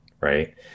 right